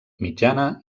mitjana